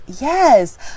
yes